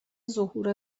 ظهور